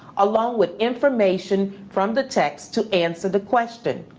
along with information from the text to answer the question.